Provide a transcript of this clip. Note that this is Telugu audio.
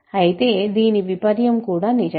అయితే దీని విపర్యం కూడా నిజం